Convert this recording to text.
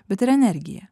bet ir energija